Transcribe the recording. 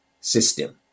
system